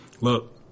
Look